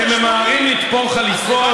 ממהרים, אתם ממהרים לתפור חליפות.